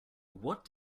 what